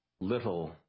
little